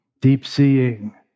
deep-seeing